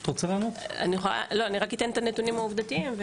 אני רק אתן את הנתונים העובדתיים,